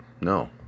no